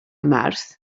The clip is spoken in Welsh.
mawrth